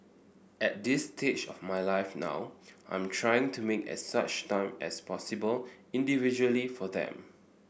at this stage of my life now I'm trying to make as such time as possible individually for them